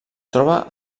troba